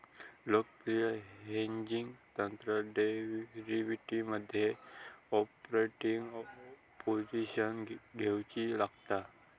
लोकप्रिय हेजिंग तंत्रात डेरीवेटीवमध्ये ओफसेटिंग पोझिशन घेउची लागता